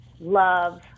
love